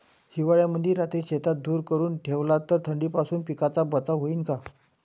हिवाळ्यामंदी रात्री शेतात धुर करून ठेवला तर थंडीपासून पिकाचा बचाव होईन का?